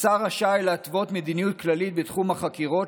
"השר רשאי להתוות מדיניות כללית בתחום החקירות,